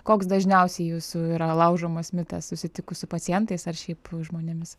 koks dažniausiai jūsų yra laužomas mitas susitikus su pacientais ar šiaip žmonėmis